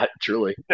truly